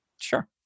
Sure